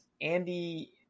Andy